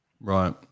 right